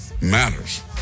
matters